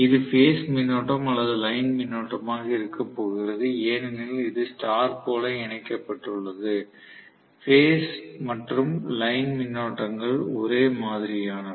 இது பேஸ் மின்னோட்டம் அல்லது லைன் மின்னோட்டமாக இருக்கப்போகிறது ஏனெனில் இது ஸ்டார் போல இணைக்கப்பட்டுள்ளது பேஸ் மற்றும் லைன் மின்னோட்டங்கள் ஒரே மாதிரியானவை